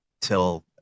till